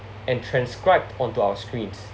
and transcribe onto our screens